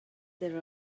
there